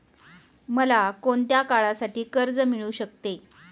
मला कोणत्या काळासाठी कर्ज मिळू शकते?